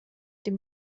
dem